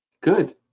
Good